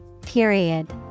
Period